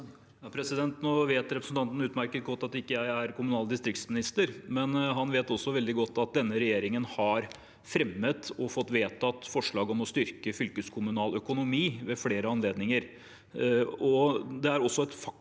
Nå vet repre- sentanten utmerket godt at jeg ikke er kommunal- og distriktsminister, men han vet også veldig godt at denne regjeringen har fremmet og fått vedtatt forslag om å styrke fylkeskommunal økonomi ved flere anledninger. Det er også et faktum